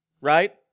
right